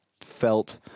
felt